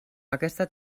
aquesta